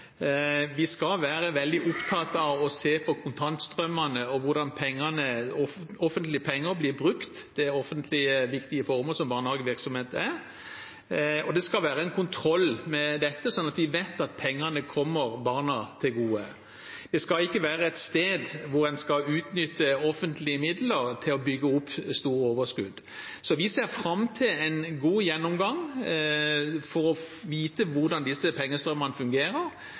Vi skal være veldig opptatt av å se på kontantstrømmene og hvordan offentlige penger blir brukt – offentlig barnehagevirksomhet er et viktig formål – og det skal være en kontroll med dette, slik at vi vet at pengene kommer barna til gode. Det skal ikke være et sted hvor en skal utnytte offentlige midler til å bygge opp store overskudd. Så vi ser fram til en god gjennomgang for å få vite hvordan disse pengestrømmene fungerer,